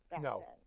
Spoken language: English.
No